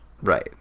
Right